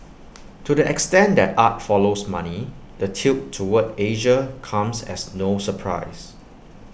to the extent that art follows money the tilt toward Asia comes as no surprise